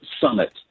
summit